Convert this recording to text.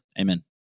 Amen